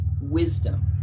wisdom